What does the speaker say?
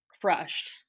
crushed